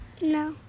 No